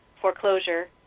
foreclosure